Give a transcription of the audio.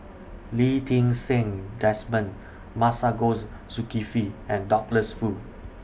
Lee Ti Seng Desmond Masagos Zulkifli and Douglas Foo